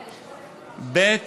ב.